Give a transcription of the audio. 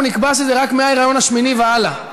אנחנו נקבע שזה רק מההיריון השמיני והלאה,